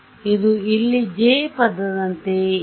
ಇದು ಇಲ್ಲಿ J ಪದದಂತೆಯೇ ಇದೆ